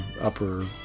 upper